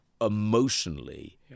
emotionally